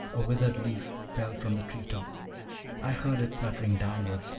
a withered leaf fell from the tree-top i heard it fluttering downwards,